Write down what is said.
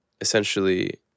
essentially